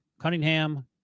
Cunningham